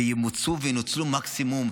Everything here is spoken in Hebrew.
וימוצו וינוצלו במקסימום,